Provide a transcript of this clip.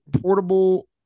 portable